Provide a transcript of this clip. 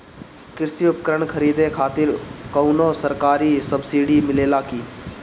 कृषी उपकरण खरीदे खातिर कउनो सरकारी सब्सीडी मिलेला की?